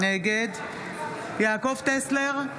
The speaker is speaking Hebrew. נגד יעקב טסלר,